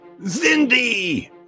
Zindy